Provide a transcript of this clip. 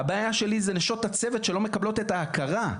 הבעיה שלי זה נשות הצוות שלא מקבלות את ההכרה,